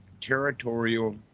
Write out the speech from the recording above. territorial